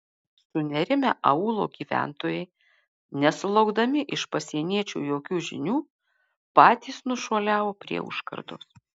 sunerimę aūlo gyventojai nesulaukdami iš pasieniečių jokių žinių patys nušuoliavo prie užkardos